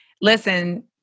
listen